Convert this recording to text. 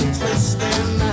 twisting